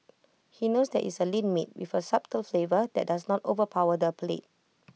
he knows that IT is A lean meat with A subtle flavour that does not overpower the palate